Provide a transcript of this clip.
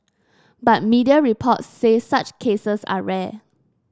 but media reports say such cases are rare